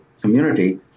community